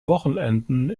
wochenenden